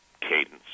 Cadence